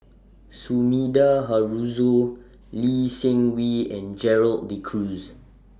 Sumida Haruzo Lee Seng Wee and Gerald De Cruz